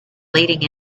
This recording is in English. leading